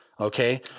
Okay